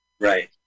Right